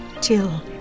till